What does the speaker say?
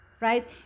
right